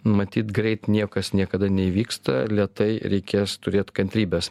matyt greit niekas niekada neįvyksta lėtai reikės turėt kantrybės